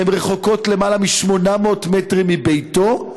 הן רחוקות למעלה מ-800 מטר מביתו.